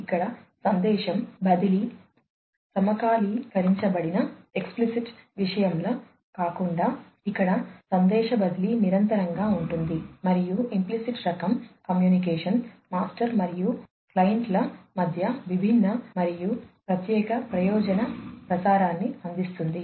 explicit రకం communication master మరియు క్లయింట్ల మధ్య విభిన్న మరియు ప్రత్యేక ప్రయోజన ప్రసారాన్ని అందిస్తుంది